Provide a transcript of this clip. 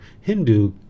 Hindu